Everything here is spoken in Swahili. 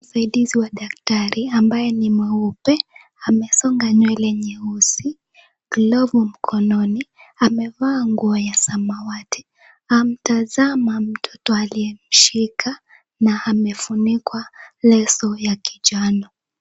Msaidizi wa daktari ambaye ni mweupe, amesonga nywele nyeusi, glovu mkononi, amevaa nguo ya samawati, ametazama mtoto aliyemshika na amefunikwa leso ya kinjano.